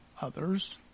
others